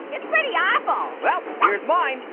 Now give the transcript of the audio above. it's pretty awful. well, here's mine.